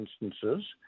instances